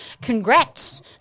congrats